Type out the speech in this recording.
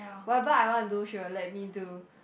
whatever I want to do she will let me do